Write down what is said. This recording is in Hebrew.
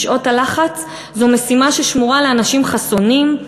בשעות הלחץ זו משימה ששמורה לאנשים חסונים,